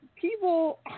people